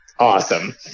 awesome